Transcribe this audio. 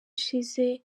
ishize